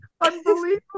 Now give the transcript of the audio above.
Unbelievable